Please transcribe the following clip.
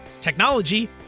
technology